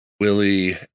willie